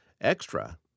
extra